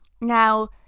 now